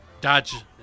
Dodge